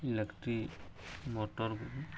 electric ମୋଟୋରକୁ